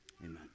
amen